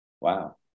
wow